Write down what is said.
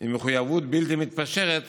עם מחויבות בלתי מתפשרת